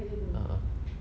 ah ah